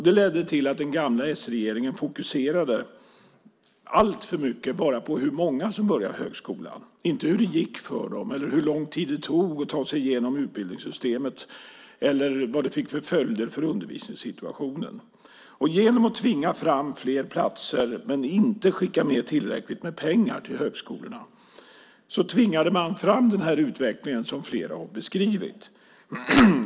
Det ledde till att den gamla s-regeringen fokuserade alltför mycket bara på hur många som började högskolan. Det handlade inte om hur det gick för dem, hur lång tid det tog att ta sig igenom utbildningssystemet eller vad det fick för följder för undervisningssituationen. Genom att tvinga fram fler platser men inte skicka med tillräckligt med pengar till högskolorna tvingade man fram den utveckling som flera har beskrivit.